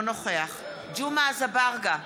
אינו נוכח ג'מעה אזברגה,